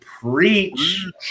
preach